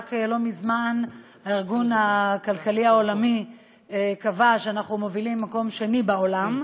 רק לא מזמן הארגון הכלכלי העולמי קבע שאנחנו מובילים מקום שני בעולם.